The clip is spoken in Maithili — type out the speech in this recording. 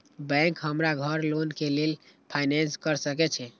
बैंक हमरा घर लोन के लेल फाईनांस कर सके छे?